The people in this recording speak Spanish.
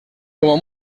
como